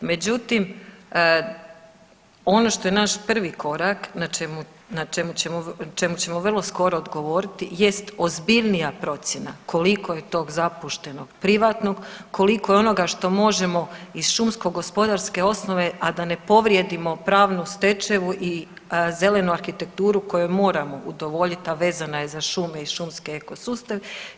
Međutim, ono što je naš prvi korak na čemu ćemo vrlo skoro odgovoriti jest ozbiljnija procjena koliko je tog zapuštenog privatnog, koliko je onoga što možemo iz šumsko-gospodarske osnove a da ne povrijedimo pravnu stečevinu i zelenu arhitekturu kojoj moramo udovoljiti a vezana je za šume i šumski eko sustav.